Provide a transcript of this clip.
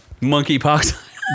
Monkeypox